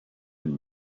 and